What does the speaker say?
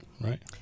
right